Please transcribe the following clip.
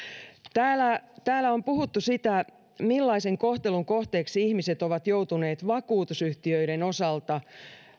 täällä täällä on puhuttu siitä millaisen kohtelun kohteeksi ihmiset ovat joutuneet vakuutusyhtiöiden osalta